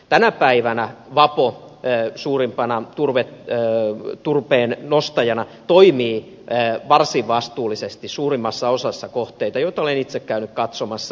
tänä päivänä vapo suurimpana turpeen nostajana toimii varsin vastuullisesti suurimmassa osassa kohteita joita olen itse käynyt katsomassa